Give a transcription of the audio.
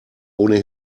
ohne